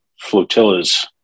flotillas